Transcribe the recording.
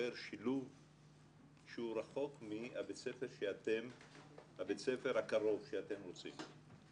בוחר שילוב שהוא רחוק מבית הספר הקרוב שאתם רוצים בו,